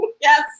Yes